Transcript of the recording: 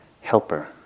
helper